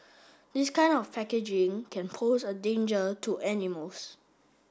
this kind of packaging can pose a danger to animals